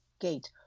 gate